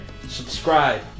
subscribe